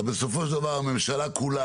בסופו של דבר הממשלה כולה,